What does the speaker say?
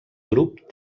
grup